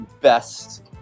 best